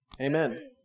amen